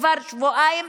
כבר שבועיים,